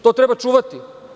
To treba čuvati.